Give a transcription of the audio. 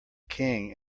king